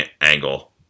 angle